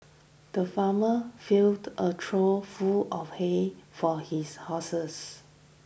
the farmer filled a trough full of hay for his horses